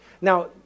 Now